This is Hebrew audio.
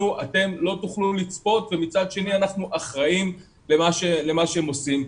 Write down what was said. שאנחנו לא נוכל לצפות ומצד שני אנחנו אחראים למה שהם עושים.